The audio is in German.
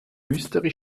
mystery